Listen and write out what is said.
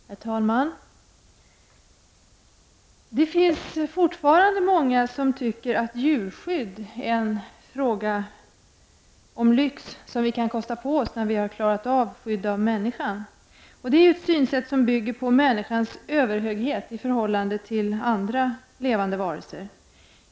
Herr talman! Det finns fortfarande många som tycker att djurskydd är en lyx som vi kan kosta på oss när vi har klarat av skyddet av människan. Detta är ett uttryck för ett synsätt som bygger på människans överhöghet i förhållande till andra levande varelser.